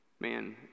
man